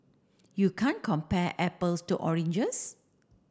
you can't compare apples to oranges